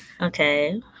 Okay